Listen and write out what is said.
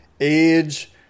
age